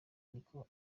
niko